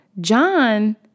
John